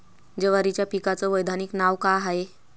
जवारीच्या पिकाचं वैधानिक नाव का हाये?